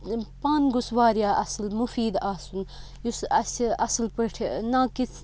پَن گوٚژھ واریاہ اَصٕل مُفیٖد آسُن یُس اَسہِ اَصٕل پٲٹھۍ نا کِژھ